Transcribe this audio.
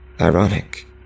Ironic